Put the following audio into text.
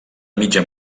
mitja